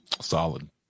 Solid